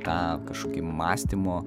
tą kažkokį mąstymo